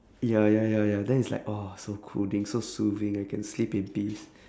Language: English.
ya ya ya ya then it's like ah so cooling so soothing I can sleep in peace